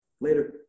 Later